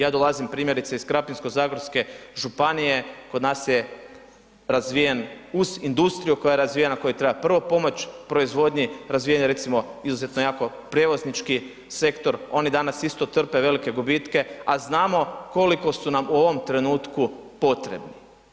Ja dolazim primjerice iz Krapinsko-zagorske županije, kod nas je razvijen uz industriju koja je razvijena, kojoj treba prvo pomoć, proizvodnji razvijanja recimo, izuzetno jako prijevoznički sektor, oni danas isto trpe velike gubitke a znamo koliko su nam u ovom trenutku potrebni.